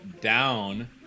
down